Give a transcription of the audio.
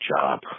job